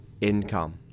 income